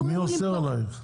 מי אוסר עליך?